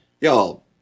Y'all